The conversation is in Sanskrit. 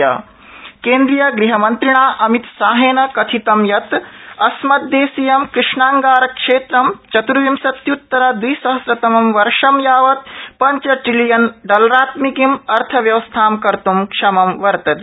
शाह कृष्णांगार केन्द्रियगृहमन्त्रिणा अमितशाहेन कथितम् यत् अस्मदेशीयं कृष्णांगारक्षेत्रम् चतुर्विंशत्यृत्तर द्विसहस्रतमं वर्ष यावत् पञ्चट्रिलियनडालरत्मिकीम् अर्थव्यवस्थां कर्तुं क्षमम् वर्तते